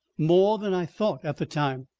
more than i thought at the time.